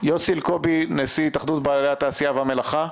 יוסי אלקובי, נשיא התאחדות בעלי התעשייה והמלאכה?